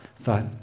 thought